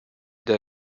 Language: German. der